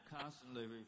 constantly